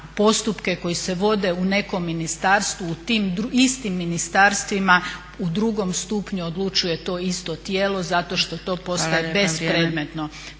postupke koji se vode u nekom ministarstvu u tim istim ministarstvima u drugom stupnju odlučuje to isto tijelo zato što to postaje bespredmetno.